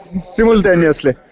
simultaneously